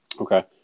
okay